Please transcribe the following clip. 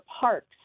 parks